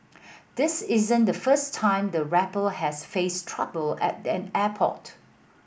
this isn't the first time the rapper has faced trouble at an airport